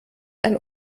ein